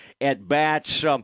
at-bats